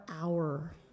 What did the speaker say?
hour